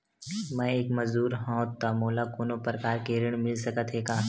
मैं एक मजदूर हंव त मोला कोनो प्रकार के ऋण मिल सकत हे का?